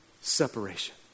separation